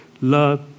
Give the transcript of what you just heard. love